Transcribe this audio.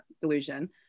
delusion